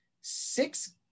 six